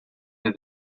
into